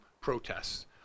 Protests